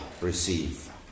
receive